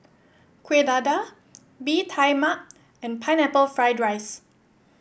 Kuih Dadar Bee Tai Mak and Pineapple Fried Rice